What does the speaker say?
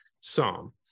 psalm